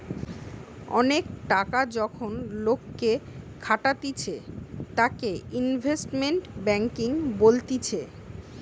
অনেক টাকা যখন লোকে খাটাতিছে তাকে ইনভেস্টমেন্ট ব্যাঙ্কিং বলতিছে